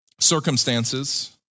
Circumstances